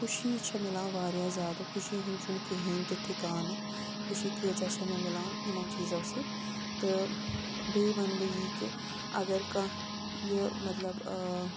خوشی چھےٚ مِلان واریاہ زیادٕ خوشی ہُنٛد چھُنہٕ کٕہیٖنۍ تہِ ٹھِکانہٕ خوشی کۭژاہ چھےٚ مےٚ مِلان یِمو چیٖزو سۭتۍ تہٕ بیٚیہِ وَنہٕ بہٕ یی کہِ اَگر کانٛہہ یہِ مطلب